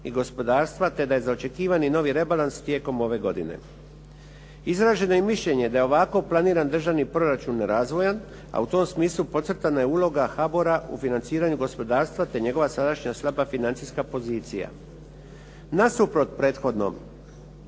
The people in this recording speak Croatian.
i gospodarstva, te da je za očekivanje novi rebalans tijekom ove godine. Izraženo je mišljenje da je ovako planiran državni proračun razvojan, a u tom smislu podcrtana je uloga HBOR-a u financiranju gospodarstva te njegova sadašnja slaba financijska pozicija. Nasuprot prethodnom,